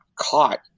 caught